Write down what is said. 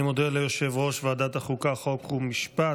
אני מודה ליושב-ראש ועדת החוקה, חוק ומשפט.